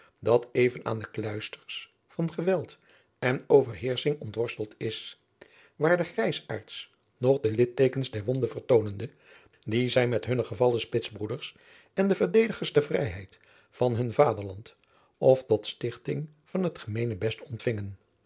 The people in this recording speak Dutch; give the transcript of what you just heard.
dat even aan de kluisters van geweld en overheersching ontworsteld is waar de grijsaards nog de lidteekens der wonden vertoonende die zij met hunne gevallen spitsbroeders en de verdedigers der vrijheid van hun vaderland of tot stichting van het gemeenebest ontvingen